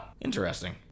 interesting